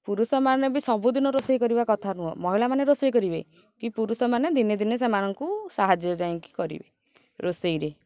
ପୁରୁଷମାନେ ବି ସବୁଦିନ ରୋଷେଇ କରିବା କଥା ନୁହଁ ମହିଳାମାନେ ରୋଷେଇ କରିବେ କି ପୁରୁଷମାନେ ଦିନେ ଦିନେ ସେମାନଙ୍କୁ ସାହାଯ୍ୟ ଯାଇକି କରିବେ ରୋଷେଇରେ